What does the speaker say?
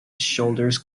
shoulders